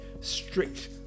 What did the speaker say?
strict